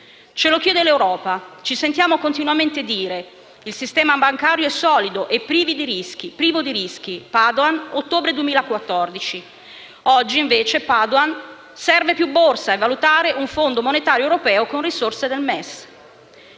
Ce lo chiede l'Europa! Ci sentiamo continuamente dire: «Il sistema bancario è solido e privo di rischi» (così Padoan nell'ottobre 2014). Oggi invece Padoan dice: «Serve più borsa, valutare un fondo monetario europeo con risorse del MES».